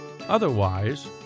Otherwise